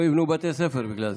לא יבנו בתי ספר בגלל זה.